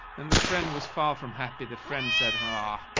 and the friend was far from happy. the friend said, ah,